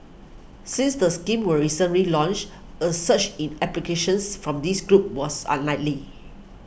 since the scheme were recently launched a surge in applications from this group was unlikely